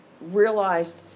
realized